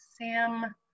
Sam